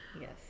yes